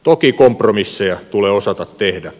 toki kompromisseja tulee osata tehdä